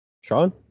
Sean